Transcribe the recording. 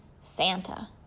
Santa